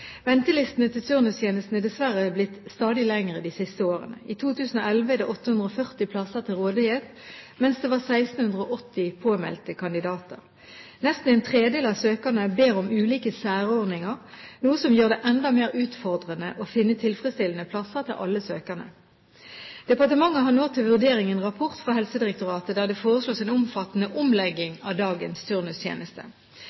Ventelistene til turnustjenesten er dessverre blitt stadig lengre de siste årene. I 2011 er det 840 plasser til rådighet, mens det var 1 680 påmeldte kandidater. Nesten en tredjedel av søkerne ber om ulike særordninger, noe som gjør det enda mer utfordrende å finne tilfredsstillende plasser til alle søkerne. Departementet har nå til vurdering en rapport fra Helsedirektoratet der det foreslås en omfattende